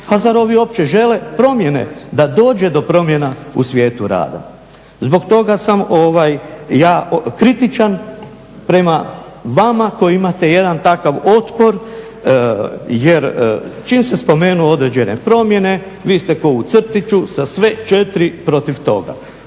a zar ovi uopće žele promjene? Da dođe do promjena u svijetu rada? Zbog toga sam ja kritičan prema vama koji imate jedan takav otpor jer čim se spomenu određene promjene vi ste kao u crtiću sa sve 4 protiv toga.